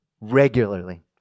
regularly